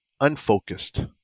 unfocused